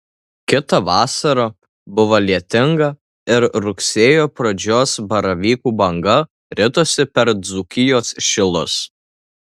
kita vasara buvo lietinga ir rugsėjo pradžios baravykų banga ritosi per dzūkijos šilus